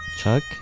Chuck